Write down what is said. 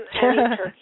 turkey